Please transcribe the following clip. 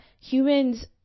humans